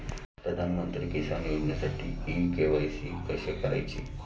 प्रधानमंत्री किसान योजनेसाठी इ के.वाय.सी कशी करायची?